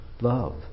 love